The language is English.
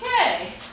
Okay